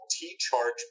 T-Charge